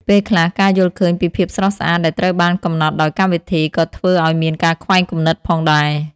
ពេលខ្លះ ការយល់ឃើញពីភាពស្រស់ស្អាតដែលត្រូវបានកំណត់ដោយកម្មវិធីក៏ធ្វើឲ្យមានការខ្វែងគំនិតផងដែរ។